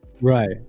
right